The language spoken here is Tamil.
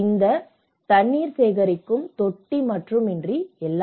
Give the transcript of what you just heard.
அது தண்ணீர் சேகரிக்கும் ஒரு தொட்டி மட்டுமல்ல